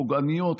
פוגעניות,